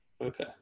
Okay